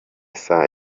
saa